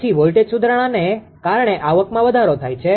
પછી વોલ્ટેજ સુધારણાને કારણે આવકમાં વધારો થાય છે